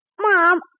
Mom